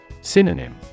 Synonym